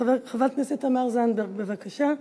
חברת הכנסת תמר זנדברג, בבקשה.